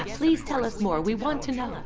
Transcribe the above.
please tell us more. we want to know.